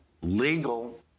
legal